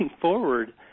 forward